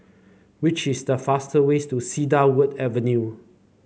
which is the fastest ways to Cedarwood Avenue